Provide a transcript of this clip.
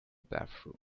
bathroom